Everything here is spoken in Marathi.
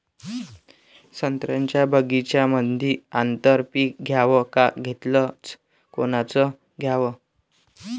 संत्र्याच्या बगीच्यामंदी आंतर पीक घ्याव का घेतलं च कोनचं घ्याव?